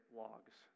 logs